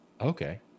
Okay